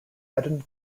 eton